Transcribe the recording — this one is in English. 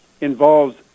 involves